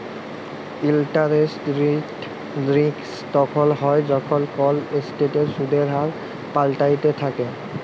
interest rate risk তখল হ্যয় যখল কল এসেটের সুদের হার পাল্টাইতে থ্যাকে